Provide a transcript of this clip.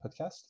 podcast